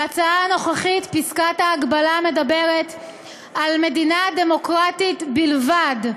בהצעה הנוכחית פסקת ההגבלה מדברת על מדינה דמוקרטית בלבד,